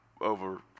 over